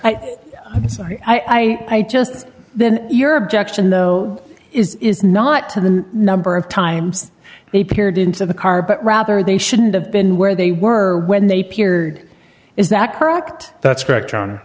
so i just then your objection though is is not to the number of times he peered into the car but rather they shouldn't have been where they were when they peered is that correct that's correct